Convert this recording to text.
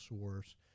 source